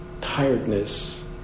tiredness